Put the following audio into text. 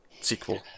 sequel